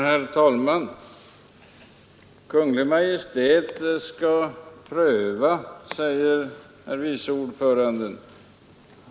Herr talman! Kungl. Maj:t skall pröva, säger herr vice ordföranden.